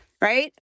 right